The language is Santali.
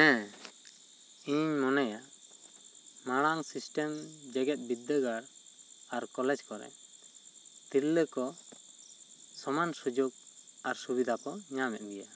ᱦᱮᱸ ᱤᱧ ᱢᱚᱱᱮᱭᱟ ᱢᱟᱨᱟᱝ ᱥᱤᱥᱴᱮᱢ ᱡᱮᱜᱮᱛ ᱵᱤᱨᱫᱟᱹᱜᱟᱲ ᱟᱨ ᱠᱚᱞᱮᱡᱽ ᱠᱚᱨᱮ ᱛᱤᱨᱞᱟᱹ ᱠᱚ ᱥᱟᱢᱟᱱ ᱥᱩᱡᱚᱜᱽ ᱟᱨ ᱥᱩᱵᱤᱫᱷᱟ ᱠᱚ ᱧᱟᱢᱮᱫ ᱜᱮᱭᱟ